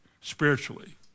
spiritually